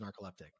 narcoleptic